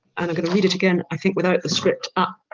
and i'm going to read it again, i think without the script up,